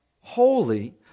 holy